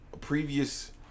previous